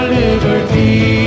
liberty